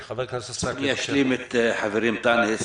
אני אשלים את דברי חברי, חבר הכנסת שחאדה.